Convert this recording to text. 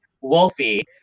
Wolfie